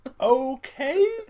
Okay